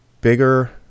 bigger